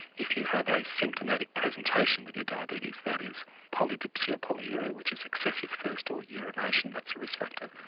if you have a symptomatic presentation with your diabetes that is polydipsia or polyuria which is excessive thirst or urination, that's a risk factor.